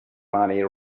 money